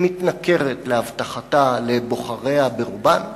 שמתנכרת להבטחתה, לבוחריה ברובם.